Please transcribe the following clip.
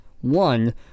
One